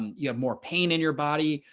and you have more pain in your body.